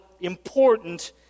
important